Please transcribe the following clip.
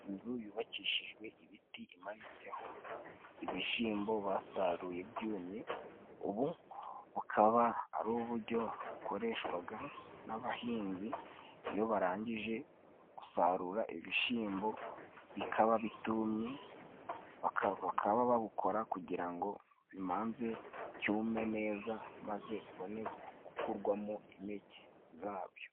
Inzu yubakishijwe ibiti imanitseho ibishimbo basaruye byumye. Ubu bukaba ari uburyo bukoreshwaga n'abahinzi iyo barangije gusarura ibishimbo bikaba bitumye, bakaba babukora kugira ngo bimanze byume neza maze bibone gukurwamo impeke zabyo.